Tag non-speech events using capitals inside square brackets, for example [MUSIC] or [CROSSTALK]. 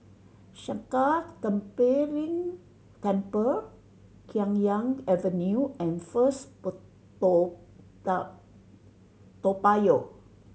Sakya Tenphel Ling Temple Khiang Yuan Avenue and First [UNINTELLIGIBLE] Toa [UNINTELLIGIBLE] Toa Payoh